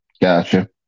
Gotcha